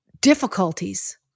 difficulties